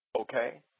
okay